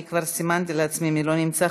כבר סימנתי לעצמי מי לא נמצא.